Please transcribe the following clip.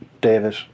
David